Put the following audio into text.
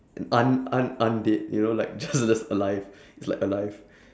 un~ un~ undead you know like j~ j~ just alive it's like alive